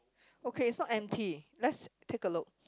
okay it's not empty let's take a look